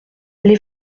les